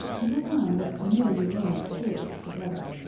you will find that the more you learn at school the better.